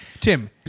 Tim